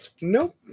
Nope